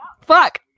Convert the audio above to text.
Fuck